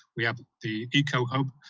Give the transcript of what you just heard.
we have the eco hub,